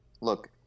look